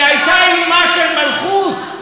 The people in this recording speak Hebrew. שהיא הייתה אמהּ של מלכות,